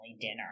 dinner